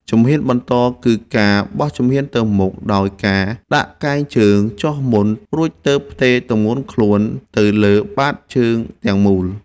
ជំហានបន្តគឺការបោះជំហានទៅមុខដោយការដាក់កែងជើងចុះមុន រួចទើបផ្ទេរទម្ងន់ខ្លួនទៅលើបាតជើងទាំងមូល។